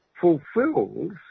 fulfills